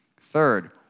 Third